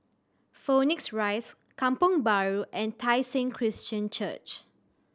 Phoenix Rise Kampong Bahru and Tai Seng Christian Church